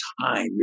time